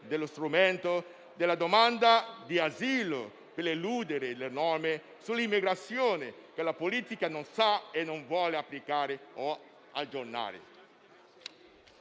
dello strumento della domanda di asilo per eludere le norme sull'immigrazione che la politica non sa e non vuole applicare o aggiornare.